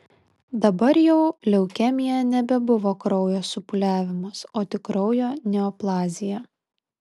dabar jau leukemija nebebuvo kraujo supūliavimas o tik kraujo neoplazija